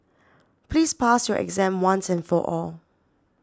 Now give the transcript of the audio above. please pass your exam once and for all